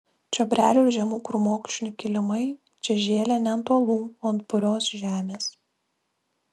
čiobrelių ir žemų krūmokšnių kilimai čia žėlė ne ant uolų o ant purios žemės